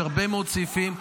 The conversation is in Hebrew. יש הרבה מאוד סעיפים,